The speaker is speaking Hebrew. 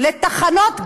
לתחנות גז.